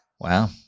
Wow